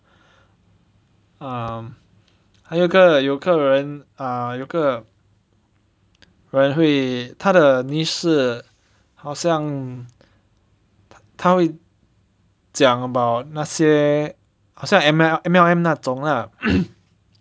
um 还有个有个人 ah 有个人会他的 niche 是好像他会讲 about 那些好像 M_L_M 那种 lah